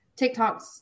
TikToks